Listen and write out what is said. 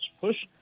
push